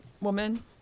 woman